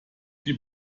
die